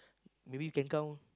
maybe you can count